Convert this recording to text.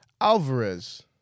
Alvarez